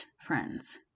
friends